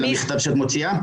למכתב שאת מוציאה?